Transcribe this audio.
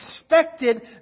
expected